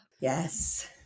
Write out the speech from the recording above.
yes